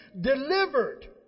delivered